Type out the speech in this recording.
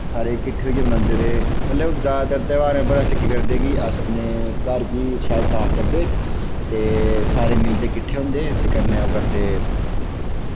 सारे किट्ठे होइयै बनांदे ते मतलब जैदातर तेहारें उप्पर अस केह् करदे कि अस अपने घर गी शैल साफ करदे ते सारे मिलदे किट्ठे होंदे कन्नै ओह् करदे